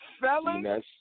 felon